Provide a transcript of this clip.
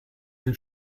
den